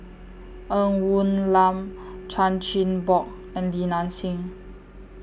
Ng Woon Lam Chan Chin Bock and Li Nanxing